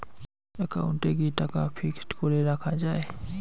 একাউন্টে কি টাকা ফিক্সড করে রাখা যায়?